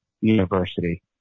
university